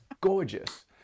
gorgeous